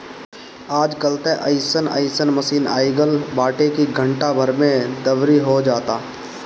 आज कल त अइसन अइसन मशीन आगईल बाटे की घंटा भर में दवरी हो जाता